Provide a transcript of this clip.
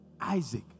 Isaac